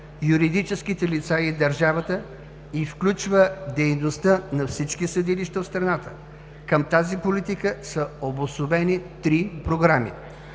юридическите лица и държавата, и включва дейността на всички съдилища в страната. Към тази политика са обособени три програми.